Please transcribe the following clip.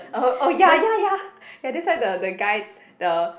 oh oh ya ya ya ya that's why the the guy the